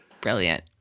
brilliant